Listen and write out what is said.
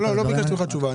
לא, לא ביקשתי ממך תשובה.